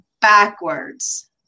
backwards